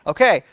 Okay